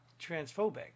transphobic